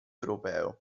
europeo